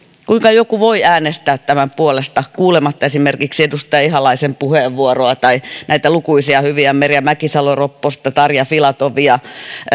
kuinka joku voi äänestää tämän puolesta kuulematta esimerkiksi edustaja ihalaisen puheenvuoroa tai näitä lukuisia hyviä merja mäkisalo ropposta tarja filatovia